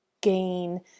gain